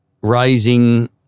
raising